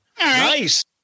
Nice